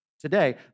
today